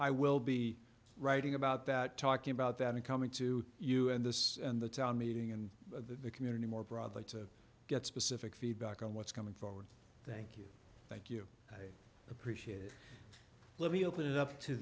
i will be writing about that talking about that in coming to you and this and the town meeting and the community more broadly to get specific feedback on what's coming forward thank you thank you appreciate it let me open it up to